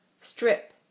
Strip